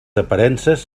aparences